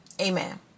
amen